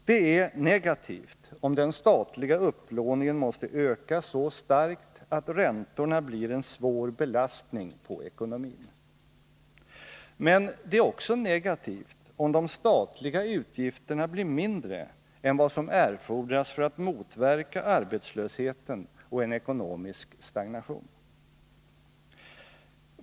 Det är negativt om den statliga upplåningen måste öka så starkt att räntorna blir en svår belastning på ekonomin. Men det är också negativt om de statliga utgifterna blir mindre än vad som erfordras för att motverka arbetslösheten och en ekonomisk stagnation.